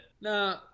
No